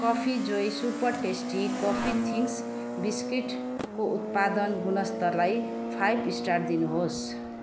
coffee joy super tasty coffee thins बिस्कुटको उत्पाद गुणस्तरलाई फाइभ स्टार दिनुहोस्